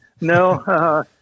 no